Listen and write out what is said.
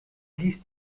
blies